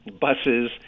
buses